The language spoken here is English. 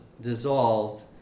dissolved